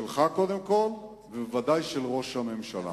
שלך קודם כול, ובוודאי של ראש הממשלה.